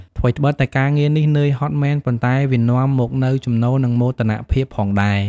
ថ្វីត្បិតតែការងារនេះនឿយហត់មែន ប៉ុន្តែវានាំមកនូវចំណូល និងមោទនភាពផងដែរ។